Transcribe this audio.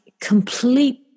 complete